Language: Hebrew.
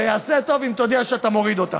תעשה טוב אם תודיע שאתה מוריד אותה.